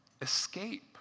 escape